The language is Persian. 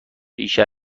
ریشه